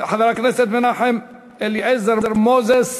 חבר הכנסת מנחם אליעזר מוזס,